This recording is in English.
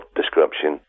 description